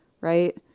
right